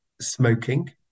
smoking